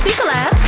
collab